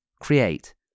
create